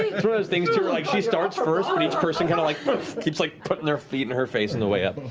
those things, too, where like she starts first, but each person kind of like but keeps like putting their feet in her face on the way up.